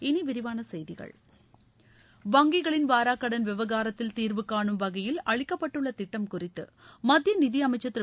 இனி விரிவான செய்திகள் வங்கிகளின் வாராக் கடன் விவகாரத்தில் தீர்வுகானும் வகையில் அளிக்கப்பட்டுள்ள திட்டம் குறித்து மத்திய நிதியமைச்சா் திரு